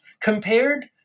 compared